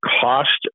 cost